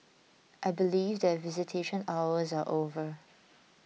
I believe that visitation hours are over